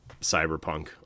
Cyberpunk